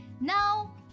Now